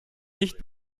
nicht